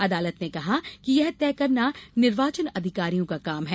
अदालत ने कहा कि यह तय करना निर्वाचन अधिकारियों का काम है